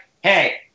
hey